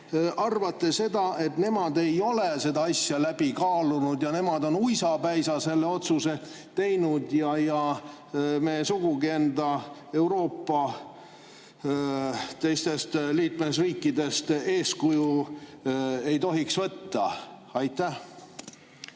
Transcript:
arvate, et nemad ei ole seda asja läbi kaalunud ja on uisapäisa selle otsuse teinud ning me sugugi Euroopa teistest riikidest eeskuju ei tohiks võtta? Aitäh!